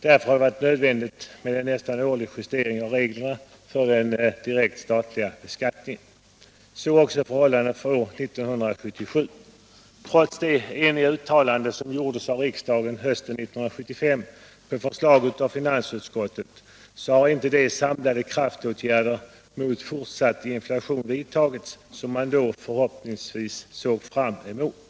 Därför har det varit nödvändigt med en nästan årlig justering av reglerna för den direkta statliga skatten. Så är också förhållandet för år 1977. Trots det enhälliga uttalande som gjorts av riksdagen på hösten 1975 enligt förslag av finansutskottet har inte de samlade kraftåtgärder mot fortsatt inflation vidtagits som man då förhoppningsvis såg fram emot.